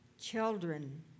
children